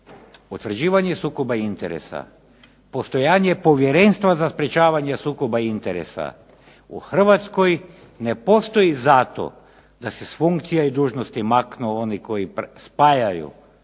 utvrđivanje sukoba interesa, postojanje Povjerenstva za sprečavanje sukoba interesa u Hrvatskoj ne postoji zato da se s funkcija i dužnosti maknu one koji spajaju javne